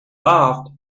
loved